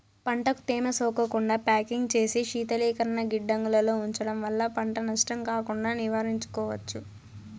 పంటకు తేమ సోకకుండా ప్యాకింగ్ చేసి శీతలీకరణ గిడ్డంగులలో ఉంచడం వల్ల పంట నష్టం కాకుండా నివారించుకోవచ్చు